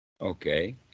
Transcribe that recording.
Okay